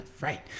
Right